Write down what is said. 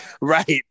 Right